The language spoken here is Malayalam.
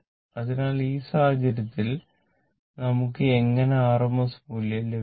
അതിനാൽ ഈ സാഹചര്യത്തിൽ നമുക്ക് എങ്ങനെ rms മൂല്യം ലഭിക്കും